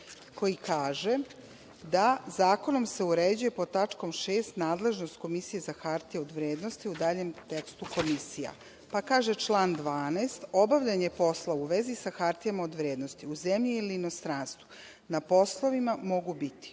koji kaže da – zakonom se uređuje pod tačkom 6. nadležnost Komisije za hartije od vrednosti u daljem tekstu Komisija. Pa, kaže član 12. - obavljanje poslova u vezi sa hartijama od vrednosti u zemlji ili inostranstvu na poslovima mogu biti: